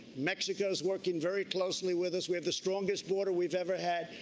mexico is working very closely with us. we have the strongest border we've ever had.